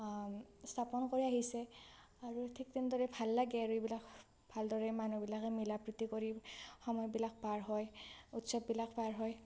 স্থাপন কৰি আহিছে আৰু ঠিক তেনেদৰে ভাল লাগে আৰু এইবিলাক ভালদৰে মানুহবিলাকে মিলা প্ৰীতি কৰি সময়বিলাক পাৰ হয় উৎসৱবিলাক পাৰ হয়